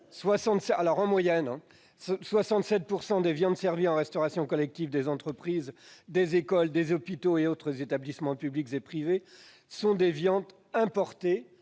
67 % des viandes servies en restauration collective des entreprises, des écoles, des hôpitaux et autres établissements publics et privés sont des viandes importées,